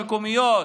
מהרשויות המקומיות,